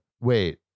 wait